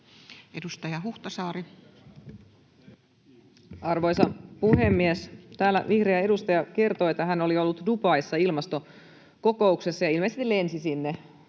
13:42 Content: Arvoisa puhemies! Täällä vihreä edustaja kertoi, että hän oli ollut Dubaissa ilmastokokouksessa, ja ilmeisesti lensi sinne.